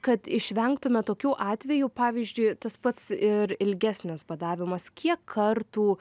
kad išvengtume tokių atvejų pavyzdžiui tas pats ir ilgesnis badavimas kiek kartų